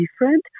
different